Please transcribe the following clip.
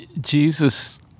Jesus